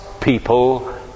people